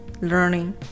learning